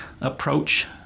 approach